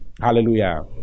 Hallelujah